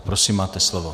Prosím, máte slovo.